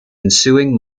ensuing